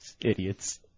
Idiots